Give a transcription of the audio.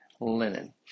linen